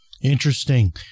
Interesting